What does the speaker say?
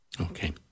Okay